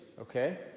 okay